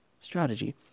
strategy